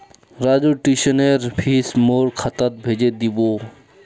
राजूर ट्यूशनेर फीस मोर खातात भेजे दीबो